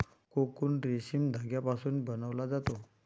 cocoon रेशीम धाग्यापासून बनवला जातो